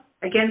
Again